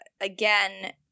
again